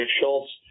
Schultz